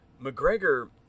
McGregor